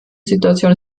situation